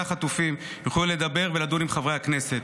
החטופים יוכלו לדבר ולדון עם חברי הכנסת.